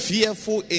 Fearful